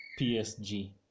psg